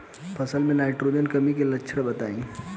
फसल में नाइट्रोजन कमी के लक्षण बताइ?